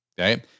Okay